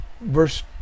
Verse